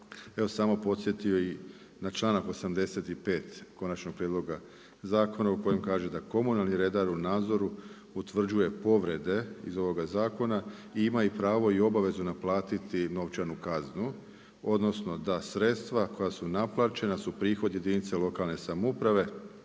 bih samo podsjetio i na članak 85. konačnog prijedloga zakona u kojem kaže da „komunalni redar u nadzoru utvrđuje povrede iz ovoga zakona i ima pravo i obavezu naplatiti novčanu kaznu odnosno da sredstva koja su naplaćena su prihod jedinice lokalne samouprave